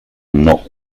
not